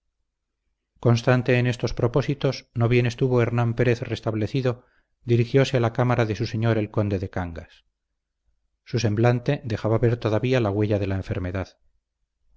constante en estos propósitos no bien estuvo hernán pérez restablecido dirigióse a la cámara de su señor el conde de cangas su semblante dejaba ver todavía la huella de la enfermedad